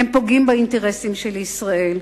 פוגעים באינטרסים של ישראל.